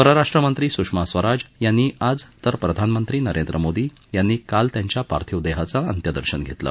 परराष्ट्रमंत्री सुषमा स्वराज यांनी आज तर प्रधानमंत्री नरेंद्र मोदी यांनी काल त्यांच्या पार्थिवाचं अंत्यदर्शन घेतलं